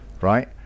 right